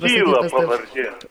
tyla pavardė